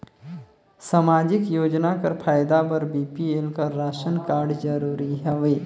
समाजिक योजना कर फायदा बर बी.पी.एल कर राशन कारड जरूरी हवे?